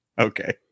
Okay